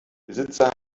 besitzer